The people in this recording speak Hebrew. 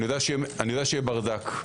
אני יודע שיהיה ברדק.